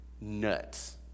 nuts